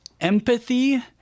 empathy